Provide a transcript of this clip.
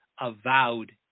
avowed